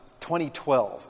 2012